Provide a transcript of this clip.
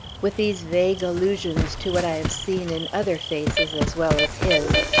with these vague allusions to what i have seen in other faces as well as his,